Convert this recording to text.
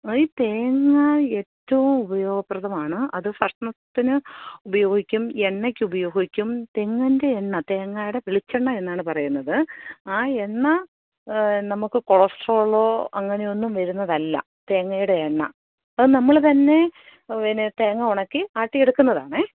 ഈ തേങ്ങ ഏറ്റവും ഉപയോഗപ്രദമാണ് അത് ഭക്ഷണത്തിന് ഉപയോഗിക്കും എണ്ണയ്ക്ക് ഉപയോഗിക്കും തെങ്ങിൻ്റെ എണ്ണ തേങ്ങയുടെ വെളിച്ചെണ്ണ എന്നാണ് പറയുന്നത് ആ എണ്ണ നമുക്ക് കൊളസ്ട്രോളോ അങ്ങനെയൊന്നും വരുന്നതല്ല തേങ്ങയുടെ എണ്ണ അത് നമ്മൾ തന്നെ പിന്നെ തേങ്ങ ഉണക്കി ആട്ടി എടുക്കുന്നതാണേ